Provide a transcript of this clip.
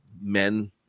men